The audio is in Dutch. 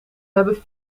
hebben